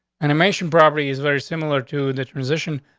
animation property is very similar to the transition,